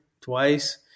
twice